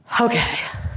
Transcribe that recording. Okay